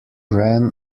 ran